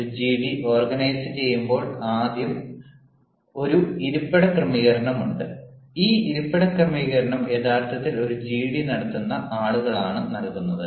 ഒരു ജിഡി ഓർഗനൈസുചെയ്യുമ്പോൾ ആദ്യം ഒരു ഇരിപ്പിട ക്രമീകരണം ഉണ്ട് ഈ ഇരിപ്പിട ക്രമീകരണം യഥാർത്ഥത്തിൽ ഈ ജിഡി നടത്തുന്ന ആളുകളാണ് നൽകുന്നത്